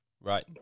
Right